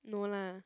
no lah